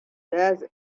jazz